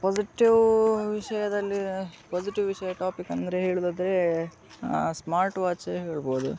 positive ವಿಷಯದಲ್ಲಿ positive ವಿಷಯ topic ಅಂದರೆ ಹೇಳೊದಾದ್ರೆ ಸ್ಮಾರ್ಟ್ ವಾಚೆ ಹೇಳ್ಬೋದು